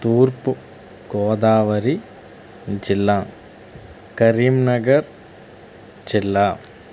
తూర్పుగోదావరి జిల్లా కరీంనగర్ జిల్లా